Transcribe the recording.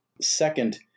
Second